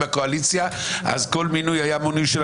כי במינוי השלישי צריך גם אופוזיציה ובמינוי הרביעי